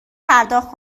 پرداخت